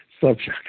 subject